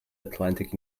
atlantic